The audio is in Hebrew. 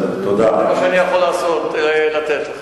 זה מה שאני יכול לעשות, לתת לכם.